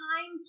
time